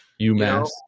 UMass